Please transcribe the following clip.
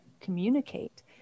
communicate